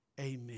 Amen